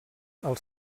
els